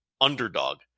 underdog